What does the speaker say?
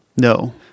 No